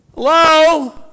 Hello